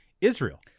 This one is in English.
Israel